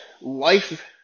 life